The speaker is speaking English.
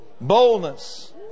boldness